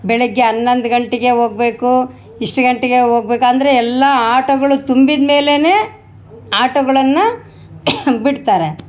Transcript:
ಬೆಳಗ್ಗೆ ಹನ್ನೊಂದು ಗಂಟೆಗೆ ಹೋಗ್ಬೇಕು ಇಷ್ಟು ಗಂಟೆಗೆ ಹೋಗ್ಬೇಕು ಅಂದರೆ ಎಲ್ಲ ಆಟೋಗಳು ತುಂಬಿದ ಮೇಲೆಯೇ ಆಟೋಗಳನ್ನು ಬಿಡ್ತಾರೆ